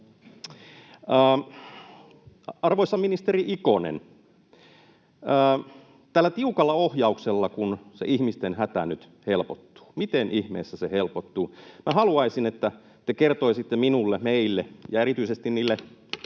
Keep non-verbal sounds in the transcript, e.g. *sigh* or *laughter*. Arvoisa ministeri Ikonen, tällä tiukalla ohjauksellako se ihmisten hätä nyt helpottuu, miten ihmeessä se helpottuu? *noise* Minä haluaisin, että te kertoisitte minulle, meille ja erityisesti